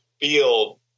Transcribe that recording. feel